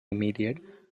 immediate